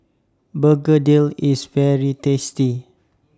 Begedil IS very tasty